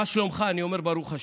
מה שלומך, אני אומר: ברוך השם,